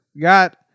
Got